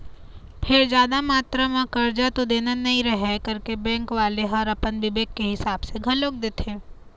फेर जादा मातरा म करजा तो देना नइ रहय करके बेंक वाले ह अपन बिबेक के हिसाब ले दे घलोक देथे